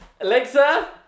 Alexa